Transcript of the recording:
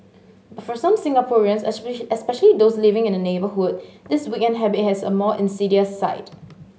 but for some Singaporeans especially those living in the neighbourhood this weekend habit has a more insidious side